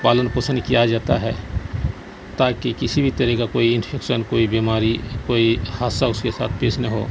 پالن پوسن کیا جاتا ہے تاکہ کسی بھی طرح کا کوئی انفیکشن کوئی بیماری کوئی حادثہ اس کے ساتھ پیش نہ ہو